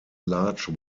large